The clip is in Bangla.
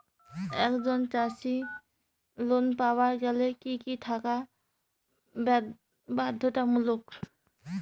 একজন চাষীর লোন পাবার গেলে কি কি থাকা বাধ্যতামূলক?